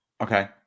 Okay